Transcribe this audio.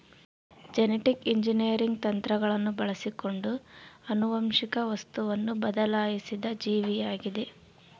genetic engineering ತಂತ್ರಗಳನ್ನು ಬಳಸಿಕೊಂಡು ಆನುವಂಶಿಕ ವಸ್ತುವನ್ನು ಬದಲಾಯಿಸಿದ ಜೀವಿಯಾಗಿದ